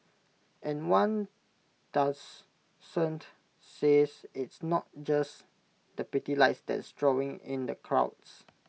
and one doubts cent says it's not just the pretty lights that's drawing in the crowds